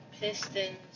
Pistons